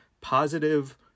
positive